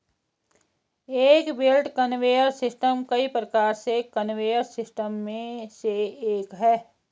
एक belt conveyor system कई प्रकार के कन्वेयर सिस्टम में से एक है